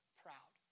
proud